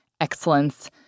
excellence